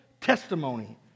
testimony